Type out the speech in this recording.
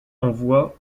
envoient